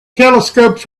telescopes